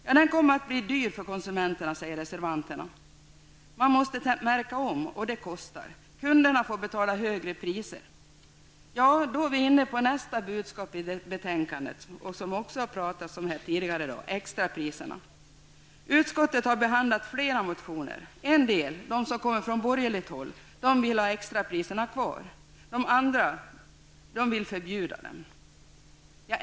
Det här kommer att bli dyrt för konsumenterna, säger reservanterna. Man måste märka om, och det kostar. Kunderna får betala högre priser, heter det. Ja, då är vi inne på nästa budskap i betänkandet -- extrapriserna. Också dem har vi talat om tidigare i dag. Utskottet har behandlat flera motioner. I en del, de som kommer från borgerligt håll, vill man ha extrapriserna kvar. I andra motioner vill man förbjuda dem.